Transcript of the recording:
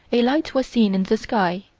a light was seen in the sky.